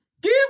Give